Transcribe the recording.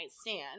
stand